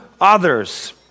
others